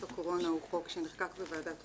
הקורונה הוא חוק שנחקק בוועדת חוקה,